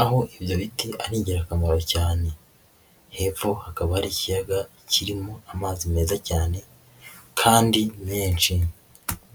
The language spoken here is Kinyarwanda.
aho ibyo biti ari ingirakamaro cyane, hepfo hakaba hari ikiyaga kirimo amazi meza cyane kandi menshi.